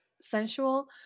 sensual